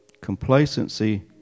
Complacency